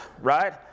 right